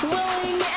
Willing